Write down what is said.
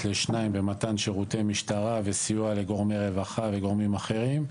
לשניים במתן שירותי משטרה וסיוע לגורמי רווחה וגורמים אחרים,